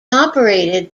operated